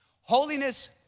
Holiness